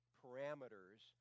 parameters